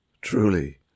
Truly